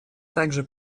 также